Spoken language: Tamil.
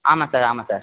ஆமாம் சார் ஆமாம் சார்